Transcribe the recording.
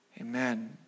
Amen